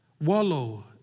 wallow